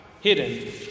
hidden